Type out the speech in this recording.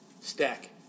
Stack